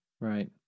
Right